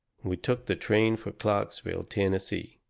we took the train for clarksville, tennessee,